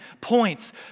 points